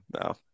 no